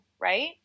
right